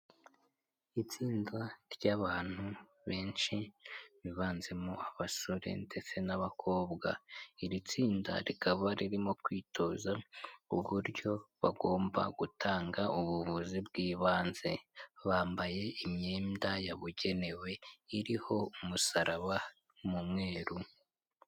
Itsinda ry'abantu benshi bibanzemo abasore ndetse n'abakobwa iri tsinda rikaba ririmo kwitoza uburyo bagomba gutanga ubuvuzi bw'ibanze bambaye imyenda yabugenewe iriho umusaraba n'umweruru.